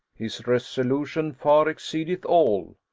his resolution far exceedeth all.